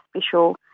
special